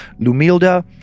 Lumilda